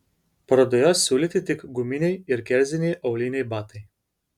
parodoje siūlyti tik guminiai ir kerziniai auliniai batai